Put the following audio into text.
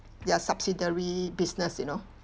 their subsidiary business you know